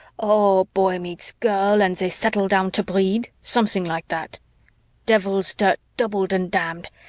oh, boy meets girl and they settle down to breed, something like that devil's dirt doubled and damned!